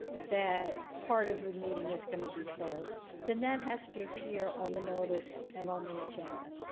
that part of the meeting is going to be closed then that has to appear on the notice and on the agenda,